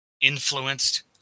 influenced